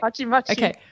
Okay